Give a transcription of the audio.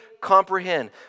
comprehend